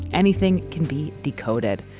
anything can be decoded.